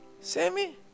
Sammy